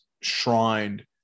shrined